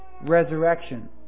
resurrection